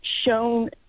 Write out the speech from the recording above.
shown